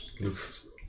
Looks